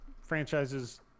franchises